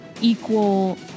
equal